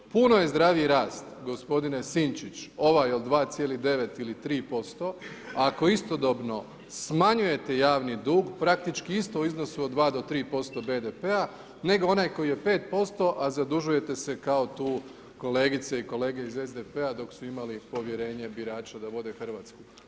Puno je zdraviji rast, gospodine Sinčić, ovaj od 2,9 ili 3% ako istodobno smanjujete javni dug, praktički isto u iznosu od 2 do 3% BDP-a, nego onaj koji je 5%, a zadužujete se kao tu kolegice i kolege iz SDP-a dok su imali povjerenje birača da vode RH.